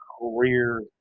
career